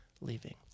leaving